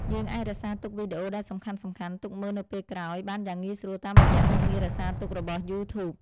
យើងអាចរក្សាទុកវីដេអូដែលសំខាន់ៗទុកមើលនៅពេលក្រោយបានយ៉ាងងាយស្រួលតាមរយៈមុខងាររក្សាទុករបស់យូធូប។